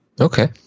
Okay